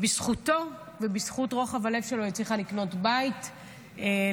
בזכותו ובזכות רוחב הלב שלו היא הצליחה לקנות בית לעצמה.